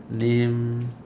name